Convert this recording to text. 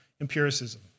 empiricism